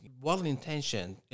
well-intentioned